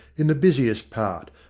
in the busiest part,